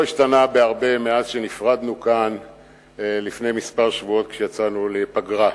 השתנה בהרבה מאז נפרדנו כאן לפני שבועות מספר כשיצאנו לפגרה.